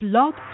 Blog